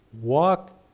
walk